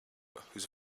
whose